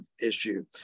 issue